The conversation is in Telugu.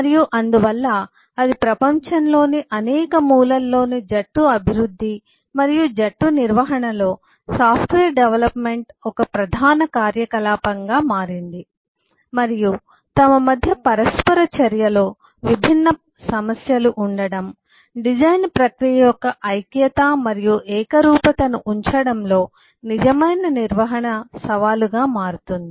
మరియు అందువల్ల అది ప్రపంచంలోని అనేక మూలల్లోని జట్టు అభివృద్ధి మరియు జట్టు నిర్వహణలో టీం మేనేజ్మెంట్ సాఫ్ట్వేర్ డెవలప్మెంట్ ఒక ప్రధాన కార్యకలాపంగా మారింది మరియు తమ మధ్య పరస్పర చర్యలో విభిన్న సమస్యలు ఉండటం డిజైన్ ప్రక్రియ యొక్క ఐక్యత మరియు ఏకరూపతను ఉంచడంలో నిజమైన నిర్వహణ సవాలుగా మారుతుంది